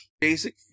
basic